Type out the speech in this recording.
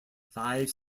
five